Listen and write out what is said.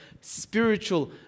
spiritual